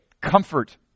Comfort